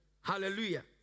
Hallelujah